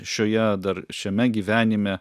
šioje dar šiame gyvenime